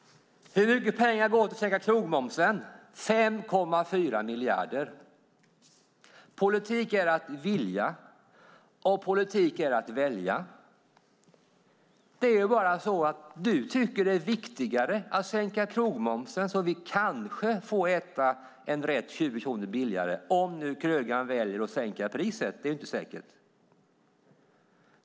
Hur mycket pengar går till att sänka krogmomsen? 5,4 miljarder. Politik är att vilja och politik är att välja. Det är bara så att du tycker att det är viktigare att sänka krogmomsen så att vi kanske får äta en rätt 20 kronor billigare, om nu krögaren väljer att sänka priset. Det är inte säkert.